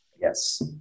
Yes